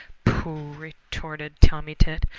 pooh! retorted tommy tit.